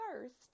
first